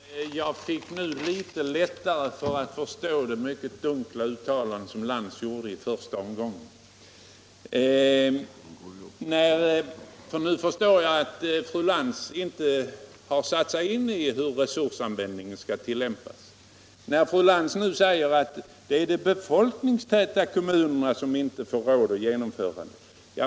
Herr talman! Jag fick nu litet lättare att förstå det mycket dunkla uttalande som fru Lantz gjorde i första omgången. Nu begriper jag att fru Lantz inte har satt sig in i hur resursanvändningen skall tillämpas. Fru Lantz säger nu att de befolkningstäta kommunerna inte får råd att genomföra SIA.